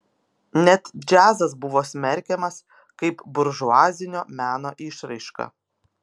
net džiazas buvo smerkiamas kaip buržuazinio meno išraiška